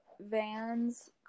Vans